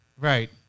Right